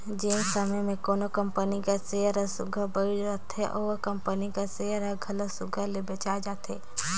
जेन समे में कोनो कंपनी कर सेयर हर सुग्घर बइढ़ रहथे ओ कंपनी कर सेयर हर घलो सुघर ले बेंचाए जाथे